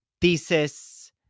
thesis